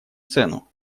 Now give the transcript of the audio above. цену